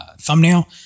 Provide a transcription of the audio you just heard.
thumbnail